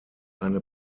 eine